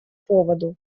поводу